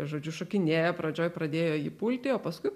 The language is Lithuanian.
žodžiu šokinėja pradžioj pradėjo jį pulti o paskui